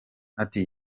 ati